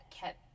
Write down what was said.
kept